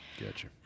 Gotcha